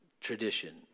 tradition